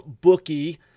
bookie